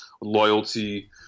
loyalty